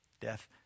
Death